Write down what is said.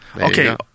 okay